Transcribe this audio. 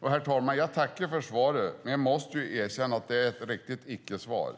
Herr talman! Jag tackar för svaret, men jag måste erkänna att det är ett riktigt icke-svar.